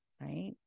right